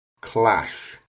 clash